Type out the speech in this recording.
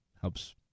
helps